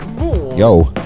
Yo